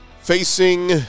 facing